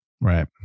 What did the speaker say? Right